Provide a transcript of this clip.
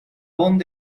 bond